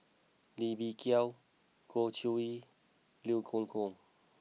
Lee Bee Wah Goh Chiew Lye Liew Geok Leong